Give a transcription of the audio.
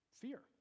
fear